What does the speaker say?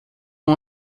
uma